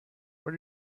what